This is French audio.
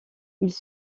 ils